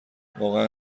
واقعا